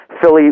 Philly